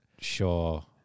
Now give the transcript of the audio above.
sure